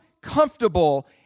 comfortable